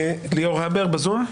ליאור הבר בזום.